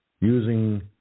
using